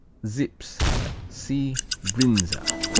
zips see brinza.